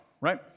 right